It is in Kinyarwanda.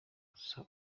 gusa